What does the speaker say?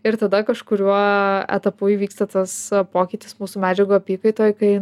ir tada kažkuriuo aaa etapu įvyksta tas pokytis mūsų medžiagų apykaitoj kai